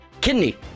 kidney